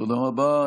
תודה רבה.